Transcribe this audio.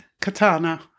Katana